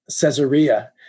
Caesarea